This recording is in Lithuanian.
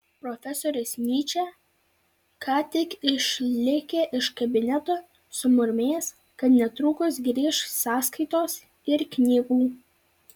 profesorius nyčė ką tik išlėkė iš kabineto sumurmėjęs kad netrukus grįš sąskaitos ir knygų